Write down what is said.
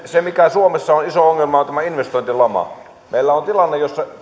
se mikä suomessa on iso ongelma on tämä investointilama meillä on tilanne jossa